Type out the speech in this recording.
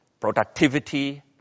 productivity